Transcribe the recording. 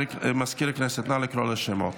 מזכיר הכנסת, נא לקרוא בשמות.